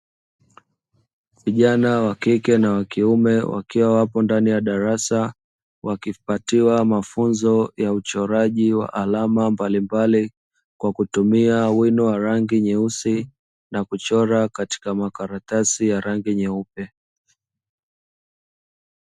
Vijana wa kike na kiume wakiwa wapo ndani ya darasa, wakipatiwa mafunzo ya uchoraji wa alama mbalimbali kwa kutumia wino wa rangi nyeusi na kuchora katika makaratasi ya rangi nyeupe.